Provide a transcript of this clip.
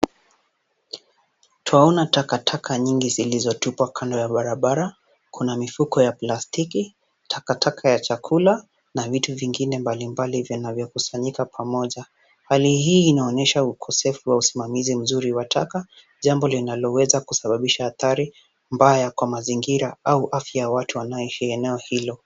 Twaona takataka nyingi zilizotupwa kando ya barabara. Kuna mifuko ya plastiki, takataka ya chakula na vitu vingine mbalimbali vinavyokusanyika pamoja. Hali hii inaonyesha ukosefu wa usimamizi mzuri wa taka, jambo linaloweza kusababisha hatari mbaya kwa mazingira au afya ya watu wanaoishi eneo hilo.